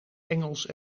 engels